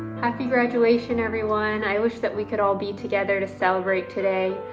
happy graduation, everyone. i wish that we could all be together to celebrate today.